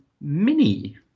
Mini